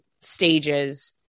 stages